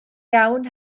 iawn